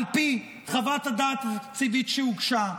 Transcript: על פי חוות הדעת התקציבית שהוגשה,